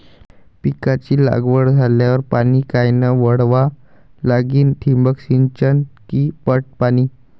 पिकाची लागवड झाल्यावर पाणी कायनं वळवा लागीन? ठिबक सिंचन की पट पाणी?